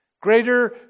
Greater